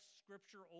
scripture